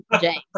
James